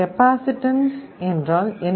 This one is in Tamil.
கெபாசிட்டன்ஸ் என்றால் என்ன